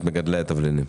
מגדלי התבלינים.